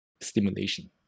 stimulation